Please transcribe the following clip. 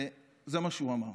וזה מה שהוא אמר.